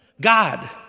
God